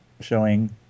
showing